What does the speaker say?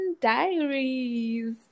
Diaries